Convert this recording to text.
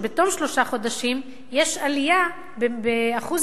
ובתום שלושה חודשים יש עלייה באחוז